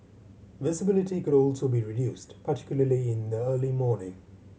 visibility could also be reduced particularly in the early morning